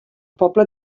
poble